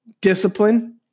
Discipline